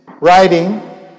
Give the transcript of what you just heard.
writing